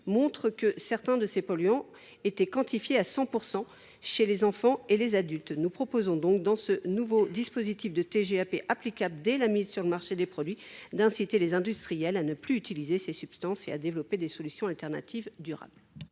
montrent que certains de ces polluants étaient quantifiés à 100 % chez les enfants et les adultes. Nous proposons donc dans ce nouveau dispositif de TGAP applicable dès la mise sur le marché des produits d’inciter les industriels à ne plus utiliser ces substances et à développer des solutions alternatives durables.